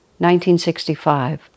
1965